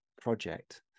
project